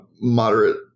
moderate